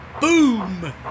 Boom